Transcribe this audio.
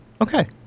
Okay